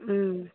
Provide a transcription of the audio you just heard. ம்